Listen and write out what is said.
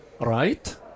right